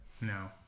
No